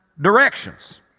directions